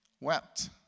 wept